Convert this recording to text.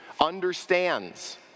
understands